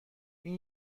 این